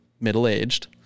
middle-aged